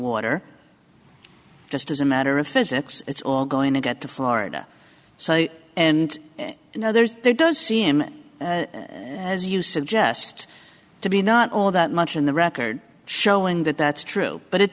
water just as a matter of physics it's all going to get to florida and you know there's there does seem as you suggest to be not all that much in the record showing that that's true but it